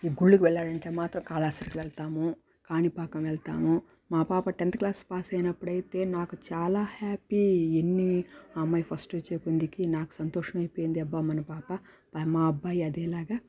ఈ గుళ్ళకి వెళ్ళాలంటే మాత్రం కాళహస్తికి వెళ్తాము కాణిపాకం వెళ్తాము మా పాప టెన్త్ క్లాస్ పాస్ అయినప్పుడు అయితే నాకు చాలా హ్యాపీ ఎన్ని అమ్మాయి ఫస్ట్ వచ్చేకొందికి నాకు సంతోషమైపోయింది అబ్బా మన పాప మా అబ్బాయి అదేలాగా